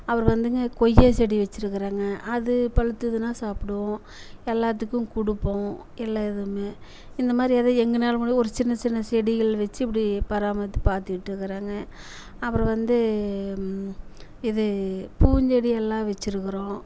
அப்புறம் வந்துங்க கொய்யா செடி வெச்சிருக்கிறேங்க அது பழுத்ததுனா சாப்பிடுவோம் எல்லாத்துக்கும் கொடுப்போம் எல்லா இதுவும் இந்த மாதிரி ஏதோ எங்களால முடிஞ்ச ஒரு சின்ன சின்ன செடிகள் வெச்சு இப்படி பராமரித்து பார்த்திட்ருக்கறங்க அப்புறம் வந்து இது பூச்செடி எல்லாம் வெச்சிருக்கிறோம்